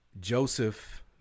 Joseph